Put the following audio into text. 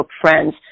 friends